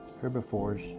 herbivores